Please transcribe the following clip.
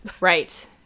Right